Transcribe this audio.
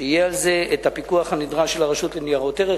שיהיה על זה הפיקוח הנדרש של הרשות לניירות ערך,